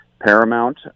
paramount